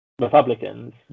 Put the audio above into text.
republicans